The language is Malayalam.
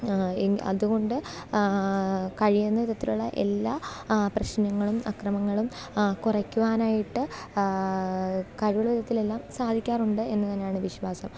അതുകൊണ്ട് കഴിയുന്ന വിധത്തിലുള്ള എല്ലാ പ്രശ്നങ്ങളും അക്രമങ്ങളും കുറയ്ക്കുവാനായിട്ട് കഴിവുള്ള വിധത്തിലെല്ലാം സാധിക്കാറുണ്ട് എന്ന് തന്നെയാണ് വിശ്വാസം